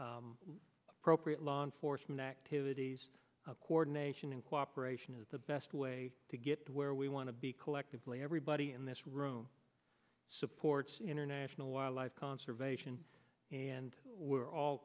training appropriate law enforcement activities of coordination and cooperation is the best way to get to where we want to be collectively everybody in this room supports international wildlife conservation and we're all